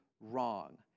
wrong